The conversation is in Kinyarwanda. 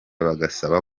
bagasaba